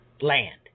land